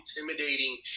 intimidating